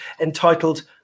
entitled